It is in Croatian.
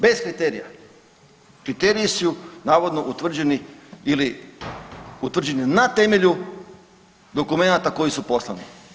Bez kriterija, kriteriji su navodno utvrđeni ili utvrđeni na temelju dokumenata koji su poslani.